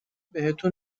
بهتون